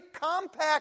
compact